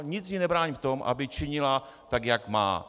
Nic jí nebrání v tom, aby činila tak, jak má.